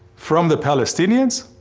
from the palestinians?